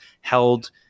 held